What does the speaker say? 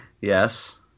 Yes